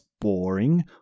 boring